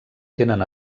tenen